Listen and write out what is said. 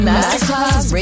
Masterclass